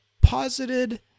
posited